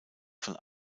von